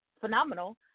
phenomenal